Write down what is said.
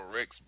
Rex